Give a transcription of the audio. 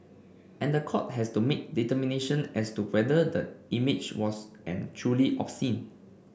and the court has to make determination as to whether the image was and truly obscene